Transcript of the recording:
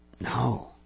No